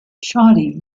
shawty